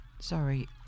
sorry